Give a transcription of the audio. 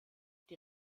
die